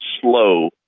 slow